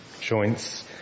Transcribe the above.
joints